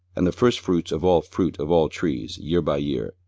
and the firstfruits of all fruit of all trees, year by year,